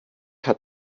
hat